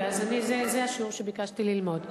זה השיעור שביקשתי ללמוד.